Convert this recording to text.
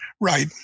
Right